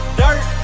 dirt